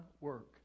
work